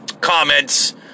comments